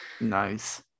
nice